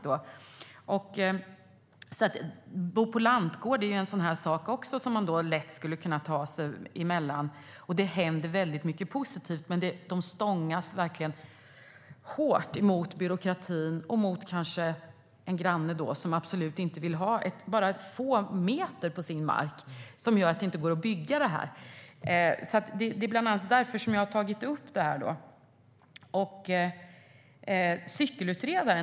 Det skulle också bli lättare att ta sig mellan olika gårdar anslutna till Bo på lantgård. Det händer mycket positivt, men många stångas hårt med byråkrati och kanske med en granne som inte vill ha ens några få meter på sin mark, och då går det inte att bygga det. Det är bland annat därför jag har tagit upp detta.